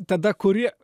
tada kuri